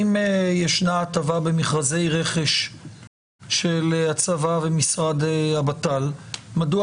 אם ישנה הטבה במכרזי רכש של הצבא ומשרד הבט"ל מדוע